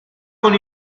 con